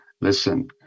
listen